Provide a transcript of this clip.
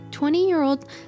Twenty-year-old